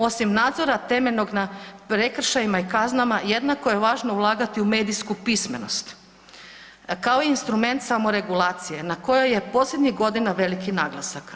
Osim nadzora temeljenog na prekršajima i kaznama jednako je važno ulagati u medijsku pismenost kao instrument samoregulacije na kojoj je posljednjih godina veliki naglasak.